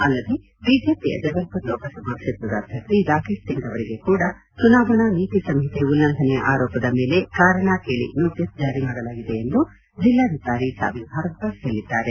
ಅಲ್ಲದೇ ಬಿಜೆಪಿಯ ಜಬಲ್ಪುರ್ ಲೋಕಸಭಾ ಕ್ಷೇತ್ರದ ಅಭ್ದರ್ಥಿ ರಾಕೇಶ್ ಸಿಂಗ್ ಅವರಿಗೆ ಕೂಡಾ ಚುನಾವಣಾ ನೀತಿಸಂಹಿತೆ ಉಲ್ಲಂಘನೆಯ ಆರೋಪದ ಮೇಲೆ ಕಾರಣ ಕೇಳಿ ನೋಟಸ್ ಜಾರಿ ಮಾಡಲಾಗಿದೆ ಎಂದು ಜಿಲ್ಲಾಧಿಕಾರಿ ಛಾವಿ ಭಾರಧ್ವಾಜ್ ಹೇಳಿದ್ದಾರೆ